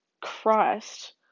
Christ